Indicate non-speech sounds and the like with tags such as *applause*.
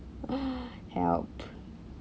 *breath* help